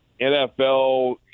NFL